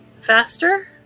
faster